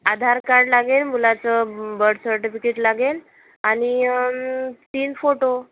आधार card लागेल मुलाचं ब बर्थ सर्टफिकीट लागेल आणि तीन फोटो